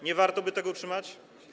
Nie warto by tego utrzymać?